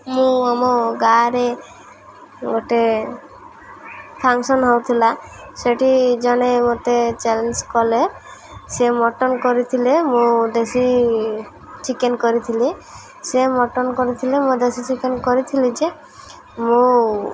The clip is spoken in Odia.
ମୁଁ ଆମ ଗାଁରେ ଗୋଟେ ଫାଙ୍କସନ୍ ହେଉଥିଲା ସେଠି ଜଣେ ମୋତେ ଚ୍ୟାଲେଞ୍ଜ କଲେ ସେ ମଟନ୍ କରିଥିଲେ ମୁଁ ଦେଶୀ ଚିକେନ୍ କରିଥିଲି ସେ ମଟନ୍ କରିଥିଲେ ମୁଁ ଦେଶୀ ଚିକେନ୍ କରିଥିଲି ଯେ ମୁଁ